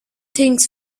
things